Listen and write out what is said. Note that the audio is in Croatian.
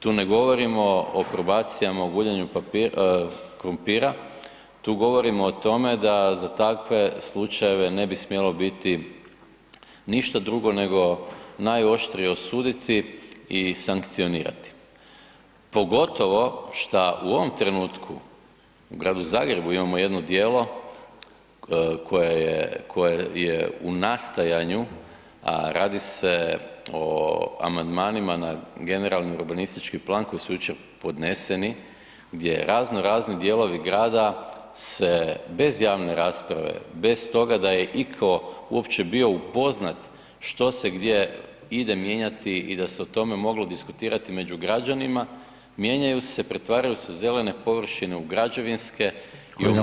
Tu ne govorimo o probacijama o guljenju krumpira, tu govorimo o tome da za takve slučajeve ne bi smjelo biti ništa drugo nego najoštrije osuditi i sankcionirati, pogotovo šta u ovom trenutku u gradu Zagrebu imamo jedno djelo koje je u nastajanju, a radi se o amandmanima na GUP koji su jučer podneseni gdje raznorazni dijelovi grada se bez javne rasprave, bez toga da je iko uopće bio upoznat što se gdje ide mijenjati i da se o tome moglo diskutirati među građanima mijenjaju se, pretvaraju se zelene površine u građevinske i upućuje se.